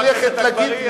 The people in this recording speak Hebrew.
לא צריך ללכת להגיד,